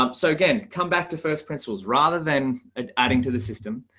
um so again, come back to first rinciples rather than ah adding to the system.